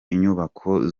inyubako